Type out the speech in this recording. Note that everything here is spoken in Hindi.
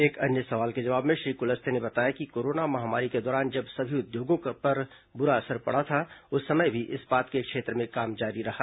एक अन्य सवाल के जवाब में श्री कुलस्ते ने बताया कि कोरोना महामारी के दौरान जब सभी उद्योगों पर बुरा असर पड़ा था उस समय भी इस्पात के क्षेत्र में काम जारी रहा